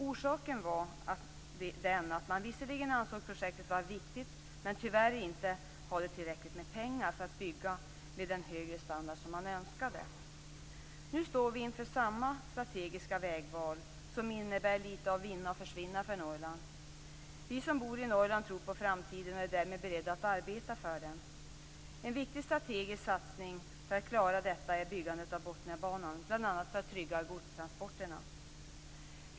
Orsaken var att man visserligen ansåg projektet vara viktigt, men man hade tyvärr inte tillräckligt med pengar för att bygga med den högre standard som man önskade. Nu står vi inför samma strategiska vägval, som innebär litet av vinna eller försvinna för Norrland. Vi som bor i Norrland tror på framtiden och är därmed beredda att arbeta för den. En viktig strategisk satsning för att klara detta är byggandet av Botniabanan, bl.a. för att trygga godstransporterna.